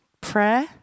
Prayer